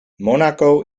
monaco